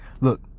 Look